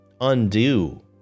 undo